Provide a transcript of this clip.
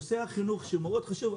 נושא החינוך הוא מאוד חשוב,